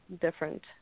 different